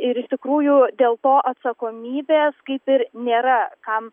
ir iš tikrųjų dėl to atsakomybės kaip ir nėra kam